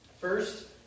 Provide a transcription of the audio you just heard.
First